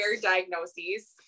diagnoses